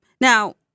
Now